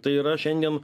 tai yra šiandien